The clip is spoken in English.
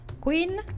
Queen